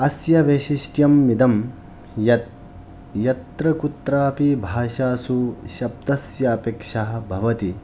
अस्य वैशिष्ट्यम् इदम् यत् यत्र कुत्रापि भाषासु शब्दस्य अपेक्षा भवति